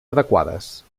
adequades